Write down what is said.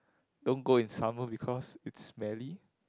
don't go in summer because it's smelly